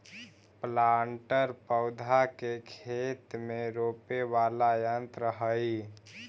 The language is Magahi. प्लांटर पौधा के खेत में रोपे वाला यन्त्र हई